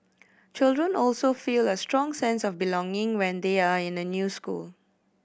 children also feel a strong sense of belonging when they are in a new school